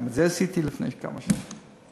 גם את זה עשיתי לפני כמה שנים.